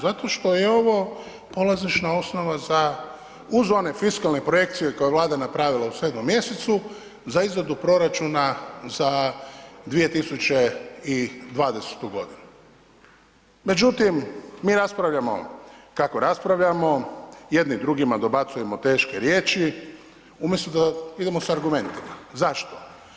Zato što je ovo polazišna osnova za uz one fiskalne projekcije koje je Vlada napravila u 7 mj., za izradu proračuna za 2020. g. međutim mi raspravljamo kako raspravljamo, jedni drugima dobacujemo teške riječi umjesto da idemo sa argumentima, zašto?